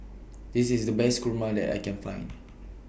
This IS The Best Kurma that I Can Find